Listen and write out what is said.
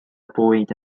bwyd